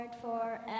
forever